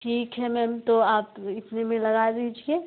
ठीक है मैम तो आप इतने में लगा दीजिए